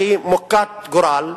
שהיא מוכת גורל,